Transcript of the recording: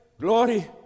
glory